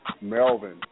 Melvin